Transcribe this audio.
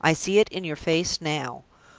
i see it in your face now.